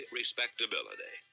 respectability